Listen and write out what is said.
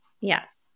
yes